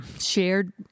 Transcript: shared